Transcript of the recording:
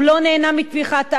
הוא לא נהנה מתמיכת העם.